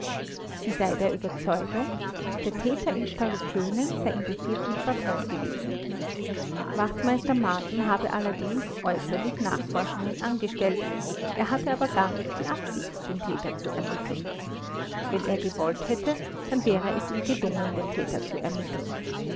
sie sei der überzeugung der täter in stallupönen sei in der schwadron gewesen wachtmeister marten habe allerdings äußerlich nachforschungen angestellt er hatte aber gar nicht die absicht den täter zu ermitteln wenn er gewollt hätte dann wäre es ihm gelungen den täter zu ermitteln